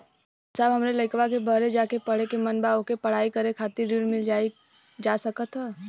ए साहब हमरे लईकवा के बहरे जाके पढ़े क मन बा ओके पढ़ाई करे खातिर ऋण मिल जा सकत ह?